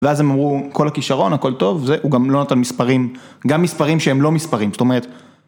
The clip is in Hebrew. ואז הם אמרו, כל הכישרון, הכל טוב, זה הוא גם לא נתן מספרים, גם מספרים שהם לא מספרים, זאת אומרת...